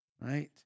right